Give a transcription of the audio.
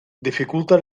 dificulta